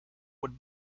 would